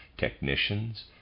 technicians